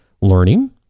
Learning